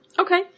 Okay